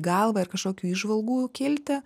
galvą ir kažkokių įžvalgų kilti